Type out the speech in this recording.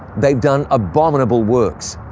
they've done abominable works,